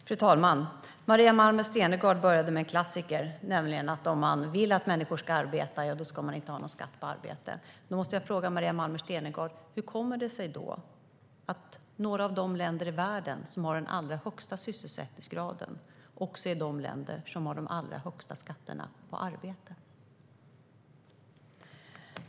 Fru talman! Maria Malmer Stenergard började med en klassiker, nämligen att om man vill att människor ska arbeta ska man inte ha någon skatt på arbete. Jag måste fråga Maria Malmer Stenergard: Hur kommer det sig då att några av de länder i världen som har den allra högsta sysselsättningsgraden också är de länder som har de allra högsta skatterna på arbete?